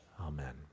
Amen